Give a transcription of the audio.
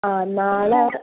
ആ നാളെ